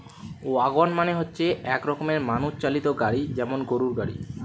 wagon মানে হচ্ছে এক রকমের মানুষ চালিত গাড়ি যেমন গরুর গাড়ি